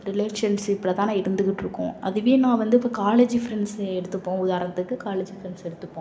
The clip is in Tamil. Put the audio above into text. ரிலேஷன்ஷிப்ல தான் ஆனால் இருந்துக்கிட்டிருக்கோம் அதுவே நான் வந்து இப்போ காலேஜ் ஃப்ரெண்ட்ஸை எடுத்துப்போம் உதாரணத்துக்கு காலேஜ் ஃப்ரெண்ட்ஸை எடுத்துப்போம்